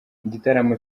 igitaramo